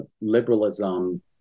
liberalism